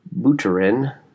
Buterin